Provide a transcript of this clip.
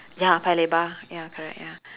ya paya lebar ya correct ya